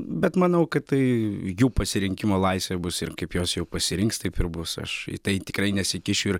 bet manau kad tai jų pasirinkimo laisvė bus ir kaip jos jau pasirinks taip ir bus aš į tai tikrai nesikišiu ir